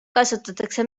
kasutatakse